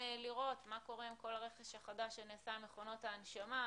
נרצה לראות מה קורה עם כול הרכש החדש שנעשה עם מכונות ההנשמה,